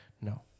No